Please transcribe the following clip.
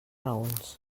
raons